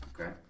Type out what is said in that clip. Okay